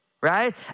right